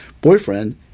boyfriend